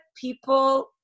people